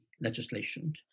legislation